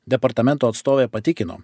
departamento atstovė patikino